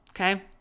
Okay